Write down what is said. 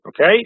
Okay